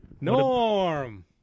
Norm